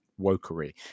wokery